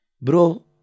Bro